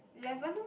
eleven lor